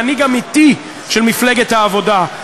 מנהיג אמיתי של מפלגת העבודה,